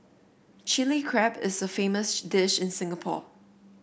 Chilli Crab is a famous dish in Singapore